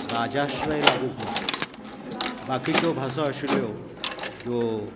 राजाश्रय लागूंक ना बाकीच्यो भाश्यो आशिल्यो ज्यो